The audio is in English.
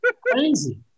crazy